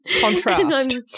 Contrast